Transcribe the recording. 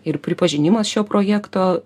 ir pripažinimas šio projekto